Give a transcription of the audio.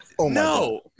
No